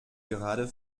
gerade